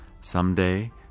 Someday